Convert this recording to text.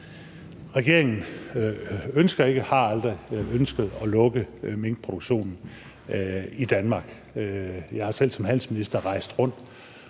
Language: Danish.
Regeringen ønsker ikke og har aldrig ønsket at lukke minkproduktionen i Danmark. Jeg har selv som handelsminister rejst rundt